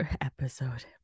episode